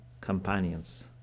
companions